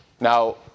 Now